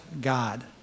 God